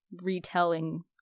retelling